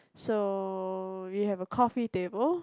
so we have a coffee table